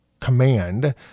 command